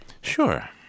Sure